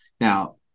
Now